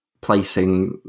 placing